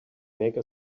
made